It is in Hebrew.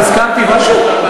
אני הזכרתי משהו?